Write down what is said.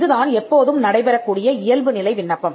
இதுதான் எப்போதும் நடைபெறக்கூடிய இயல்புநிலை விண்ணப்பம்